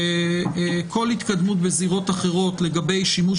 כל התקדמות בזירות אחרות לגבי שימוש